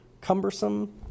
cumbersome